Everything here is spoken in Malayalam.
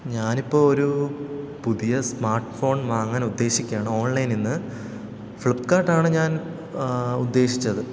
ഞാനിപ്പോള് ഒരു പുതിയ സ്മാർട്ട് ഫോൺ വാങ്ങാനുദ്ദേശിക്കുകയാണ് ഓൺലൈനില്നിന്ന് ഫ്ലിപ്കാർട്ടാണ് ഞാൻ ഉദ്ദേശിച്ചത്